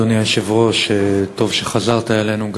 אדוני היושב-ראש, טוב שחזרת אלינו.